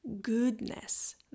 goodness